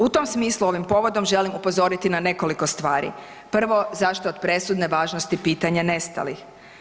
U tom smislu ovim povodom želim upozoriti na nekoliko stvari, prvo, zašto je od presudne važnosti pitanje nestalih?